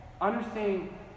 Understanding